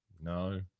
No